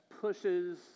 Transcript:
Pushes